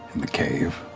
in the cave